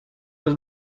los